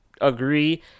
agree